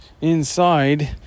inside